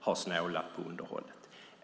har snålat på underhållet.